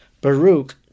Baruch